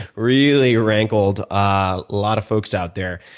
really rankled a lot of folks out there.